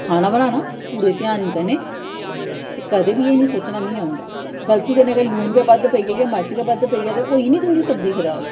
खाना बनाना पूरे ध्यान कन्नै ते कदें बी एह् निं सोचना मिगी औंदा गलती कन्नै अगर लून गै बद्ध पेई जा जां मर्च गै बद्ध पेई जा ते होई निं तुंदी सब्जी खराब